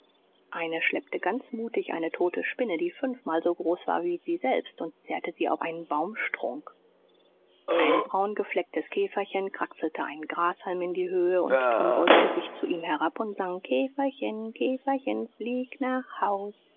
eine schleppte ganz mutig eine tote spinne die fünfmal so groß war wie sie selbst und zerrte sie auf einen baumstrunk ein braun geflecktes käferchen kraxelte einen grashalm in die höhe und tom beugte sich zu ihm herab und sang käferchen käferchen flieg nach haus